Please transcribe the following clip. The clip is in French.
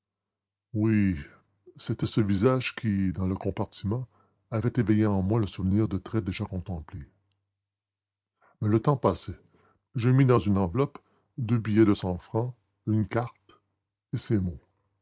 oui c'était ce visage qui dans le compartiment avait éveillé en moi le souvenir de traits déjà contemplés mais le temps passait je mis dans une enveloppe deux billets de cent francs avec une carte et ces mots